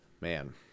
Man